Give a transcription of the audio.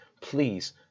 please